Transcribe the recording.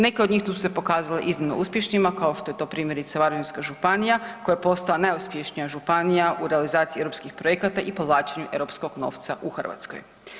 Neke od njih su se pokazale iznimno uspješnima kao što je to primjerice Varaždinska županija koja je postala najuspješnija županija u realizaciji europskih projekata i povlačenju europskog novca u Hrvatskoj.